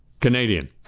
Canadian